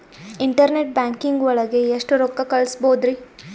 Internet banking ಒಳಗೆ ಎಷ್ಟ್ ರೊಕ್ಕ ಕಲ್ಸ್ಬೋದ್ ರಿ?